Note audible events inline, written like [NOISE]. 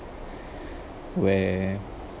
[BREATH] where